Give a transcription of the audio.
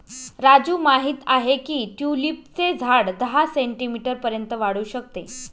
राजू माहित आहे की ट्यूलिपचे झाड दहा सेंटीमीटर पर्यंत वाढू शकते